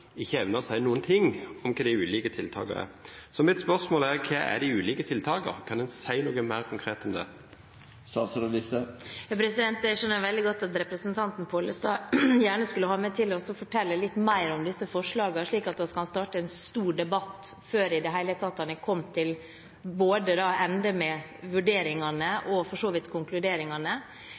ikke evner å si noen ting om hva de ulike tiltakene er. Så mitt spørsmål er: Hva er de ulike tiltakene? Kan en si noe mer konkret om det? Jeg skjønner veldig godt at representanten Pollestad gjerne skulle hatt meg til å fortelle litt mer om disse forslagene, slik at vi kunne startet en stor debatt før en i det hele tatt er kommet til ende med